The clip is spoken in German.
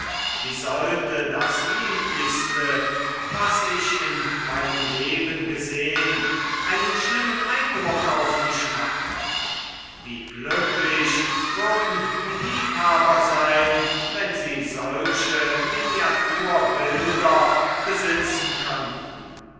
wie sollte das niedlichste was ich in meinem leben gesehn einen schlimmen eindruck auf mich machen wie glücklich würden die liebhaber sein wenn sie solche miniaturbilder besitzen könnten